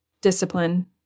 discipline